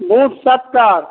दू सत्तर